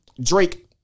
Drake